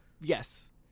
Yes